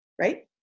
right